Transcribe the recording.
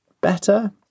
better